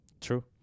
True